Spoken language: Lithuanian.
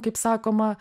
kaip sakoma